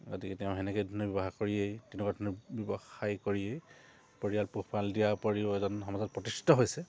গতিকে তেওঁ সেনেকৈ ধৰণে ব্যৱসায় কৰিয়েই তেনেকুৱা ধৰণে ব্যৱসায় কৰিয়েই পৰিয়াল পোহপাল দিয়াৰ উপৰিও এজন সমাজত প্ৰতিষ্ঠিত হৈছে